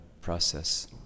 process